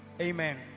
Amen